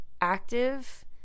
active